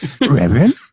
Reverend